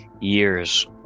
years